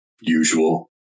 usual